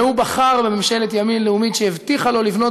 והוא בחר בממשלת ימין לאומית שהבטיחה לו לבנות